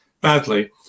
badly